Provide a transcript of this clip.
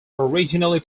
originally